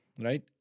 right